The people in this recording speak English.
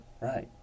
Right